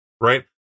Right